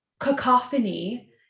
cacophony